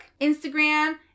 Instagram